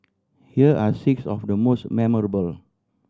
here are six of the most memorable